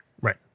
Right